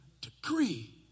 degree